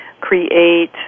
create